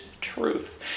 truth